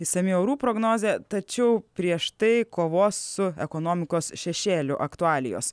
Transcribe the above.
išsami orų prognozė tačiau prieš tai kovos su ekonomikos šešėliu aktualijos